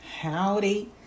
howdy